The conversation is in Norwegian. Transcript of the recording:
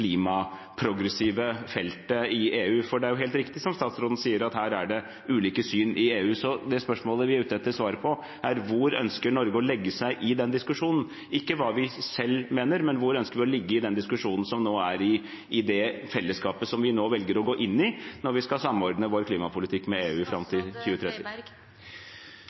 feltet i EU? Det er helt riktig som statsråden sier, at her er det ulike syn i EU. Det spørsmålet vi er ute etter svar på, er hvor Norge ønsker å legge seg i den diskusjonen, ikke hva vi selv mener – men hvor vi ønsker å ligge i diskusjonen som er i det fellesskapet vi nå velger å gå inn i når vi skal samordne vår klimapolitikk med EU fram til 2030.